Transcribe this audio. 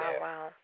wow